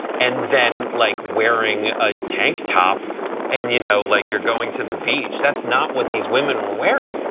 and then like wearing a tank top and you know like you're going to the beach. that's not what these women were wearing.